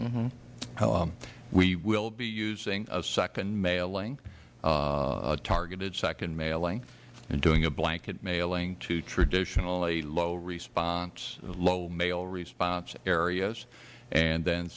home we will be using a second mailing a targeted second mailing doing a blanket mailing to traditionally low response low mail response areas and then